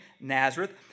Nazareth